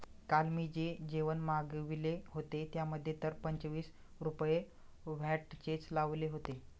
काल मी जे जेवण मागविले होते, त्यामध्ये तर पंचवीस रुपये व्हॅटचेच लावले होते